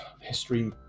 history